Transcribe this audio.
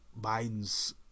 biden's